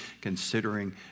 considering